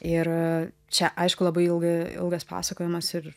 ir čia aišku labai ilga ilgas pasakojimas ir